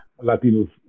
Latinos